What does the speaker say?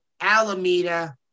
Alameda